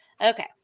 Okay